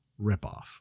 ripoff